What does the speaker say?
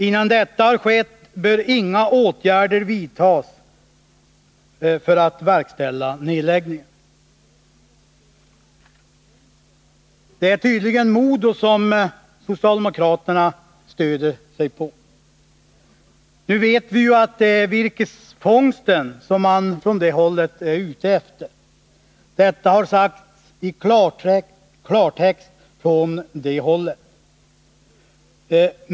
Innan detta har skett bör inga åtgärder vidtas att verkställa nedläggningen.” Det är tydligen MoDo som socialdemokraterna stöder sig på. Vi vet att det är virkesfångsten som man är ute efter — detta har sagts i klartext från det hållet.